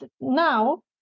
now